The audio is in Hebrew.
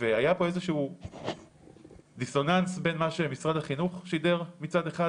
והיה פה איזשהו דיסוננס בין מה שמשרד החינוך שידר מצד אחד,